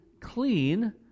clean